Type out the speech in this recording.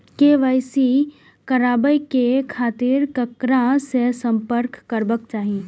KYC कराबे के खातिर ककरा से संपर्क करबाक चाही?